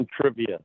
trivia